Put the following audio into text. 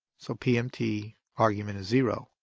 so pmt argument is zero.